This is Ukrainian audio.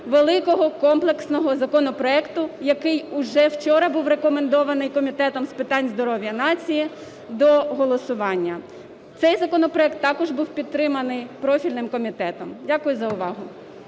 великого комплексного законопроекту, який уже вчора був рекомендований Комітетом з питань здоров'я нації до голосування. Цей законопроект також був підтриманий профільним комітетом. Дякую за увагу.